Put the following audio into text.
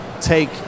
take